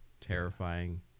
terrifying